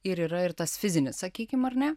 ir yra ir tas fizinis sakykim ar ne